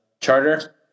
Charter